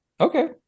Okay